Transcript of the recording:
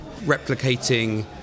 replicating